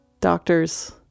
doctors